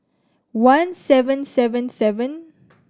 one seven seven seven